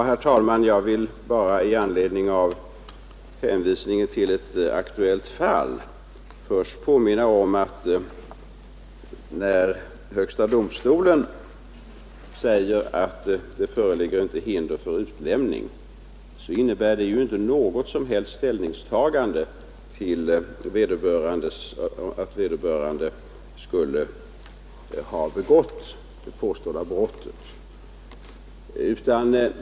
Herr talman! Jag vill bara i anledning av hänvisningen till ett aktuellt fall påminna om att när högsta domstolen säger att det inte föreligger hinder för utlämning så innebär det inte något som helst ställningstagande till huruvida vederbörande skulle ha begått det påstådda brottet.